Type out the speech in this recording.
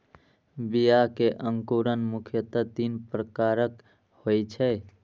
बीया मे अंकुरण मुख्यतः तीन प्रकारक होइ छै